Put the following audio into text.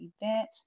event